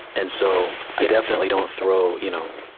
and so, i definitely don't throw, you know,